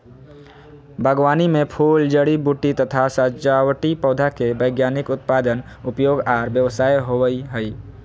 बागवानी मे फूल, जड़ी बूटी तथा सजावटी पौधा के वैज्ञानिक उत्पादन, उपयोग आर व्यवसाय होवई हई